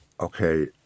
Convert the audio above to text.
Okay